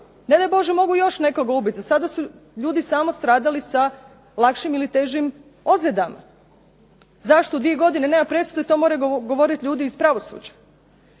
ne daj Bože mogu još nekoga ubiti, za sada su ljudi samo stradali sa lakšim ili težim ozljedama. Zašto dvije godine nema presude to moraju govorit ljudi iz pravosuđa.